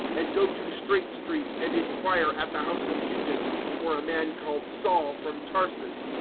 and go to straight street, and inquire at the house of judas for a man called saul, from tarsus,